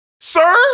Sir